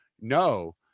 no